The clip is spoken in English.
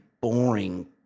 boring